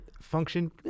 function